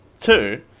Two